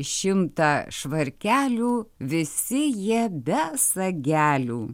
šimtą švarkelių visi jie be sagelių